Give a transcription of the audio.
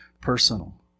personal